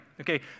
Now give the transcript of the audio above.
Okay